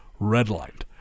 redlined